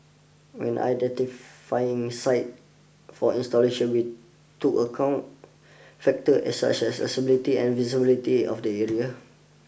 when identifying sites for installations we took account factors as such as accessibility and visibility of the areas